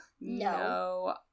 No